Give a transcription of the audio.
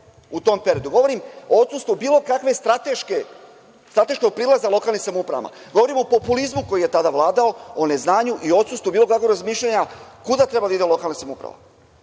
u tom periodu, govorim o odsustvu bilo kakvog strateškog prilaza lokalnim samoupravama, govorim o populizmu koji je tada vladao, o neznanju i odsustvu bilo kakvog razmišljanja kuda treba da ide lokalna samouprava. Vi